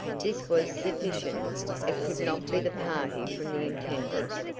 this was sufficient it could not be the party from the intendant's,